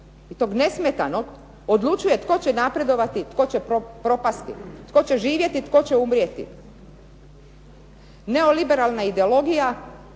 i tog nesmetanog odlučuje tko će napredovati, tko će propasti, tko će živjeti, tko će umrijeti. Neoliberalna ideologija,